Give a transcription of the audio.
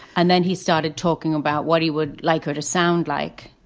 and then he started talking about what he would like her to sound like,